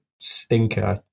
stinker